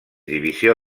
divisió